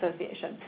Association